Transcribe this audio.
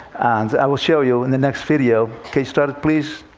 i will show you, in the next video can you start it, please?